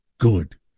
good